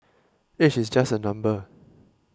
age is just a number